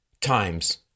times